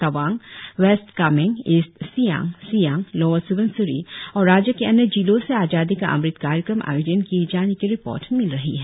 Tawang west Kameng east Siang Siang lower Subansiri और राज्य के अन्य जिलो से आजादी का अमृत कार्यक्रम आयोजन किए जाने की रिपोर्ट मिल रही है